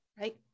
right